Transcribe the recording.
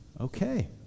okay